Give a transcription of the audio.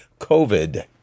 covid